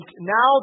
now